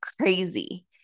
crazy